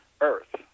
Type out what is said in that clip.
Earth